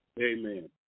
Amen